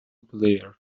player